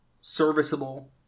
serviceable